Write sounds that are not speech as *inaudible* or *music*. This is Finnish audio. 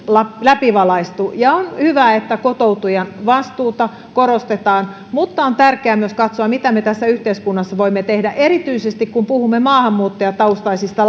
läpivalaistu ja on hyvä että kotoutujan vastuuta korostetaan mutta on tärkeää myös katsoa mitä me tässä yhteiskunnassa voimme tehdä erityisesti kun puhumme maahanmuuttajataustaisista *unintelligible*